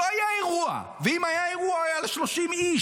לא היה אירוע, ואם היה אירוע, הוא היה על 30 איש.